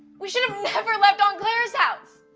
we should have never left aunt clair's house.